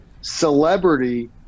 celebrity